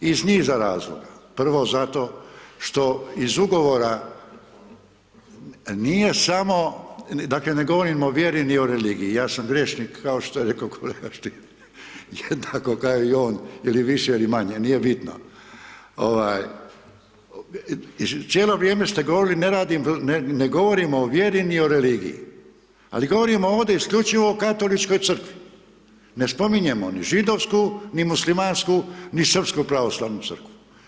Iz niza razloga, prvo zato što iz ugovora nije samo, dakle, ne govorim o vjeri, ni o religiji, ja sam griješnik kao što je rekao kolega Stier, jednako kao i on ili više ili manje, nije bitno, cijelo vrijeme ste govorili ne radim, ne govorimo o vjeri, ni o religiji, ali govorimo ovdje isključivo o Katoličkoj crkvi, ne spominjemo ni židovsku, ni muslimansku, ni srpsku pravoslavnu crkvu.